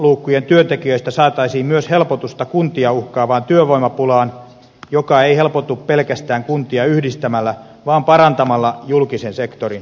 toimeentuloluukkujen työntekijöistä saataisiin myös helpotusta kuntia uhkaavaan työvoimapulaan joka ei helpotu pelkästään kuntia yhdistämällä vaan parantamalla julkisen sektorin tuottavuutta